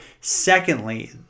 secondly